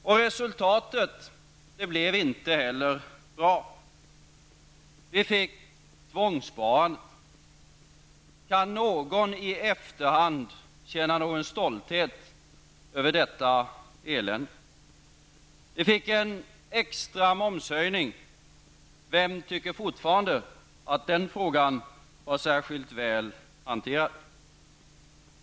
Och resultatet blev inte heller bra. Tvångssparandet infördes. Kan någon i efterhand känna stolthet över detta elände? Vi fick en extra momshöjning. Vem tycker fortfarande att den frågan var särskilt väl hanterad?